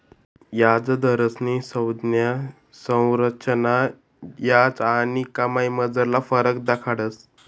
याजदरस्नी संज्ञा संरचना याज आणि कमाईमझारला फरक दखाडस